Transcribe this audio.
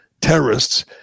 terrorists